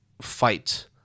fight